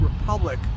republic